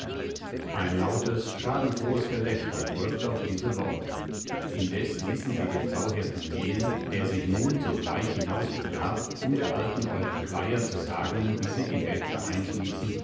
ein lautes schadenfrohes gelächter folgte auf diese worte indes ließen sie den sauhirten gehen der sich nun sogleich hinausbegab um der alten eurykleia zu sagen wie sie die mägde einschließen